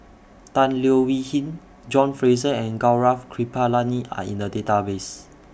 Tan Leo Wee Hin John Fraser and Gaurav Kripalani Are in The Database